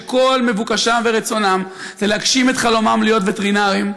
שכל מבוקשם ורצונם זה להגשים את חלומם להיות וטרינרים,